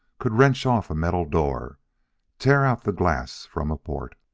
could wrench off a metal door tear out the glass from a port!